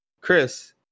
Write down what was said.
Chris